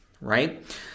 right